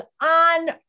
on